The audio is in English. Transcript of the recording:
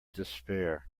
despair